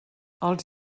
els